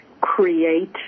create